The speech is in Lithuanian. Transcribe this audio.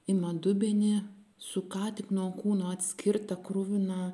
ima dubenį su ką tik nuo kūno atskirta kruvina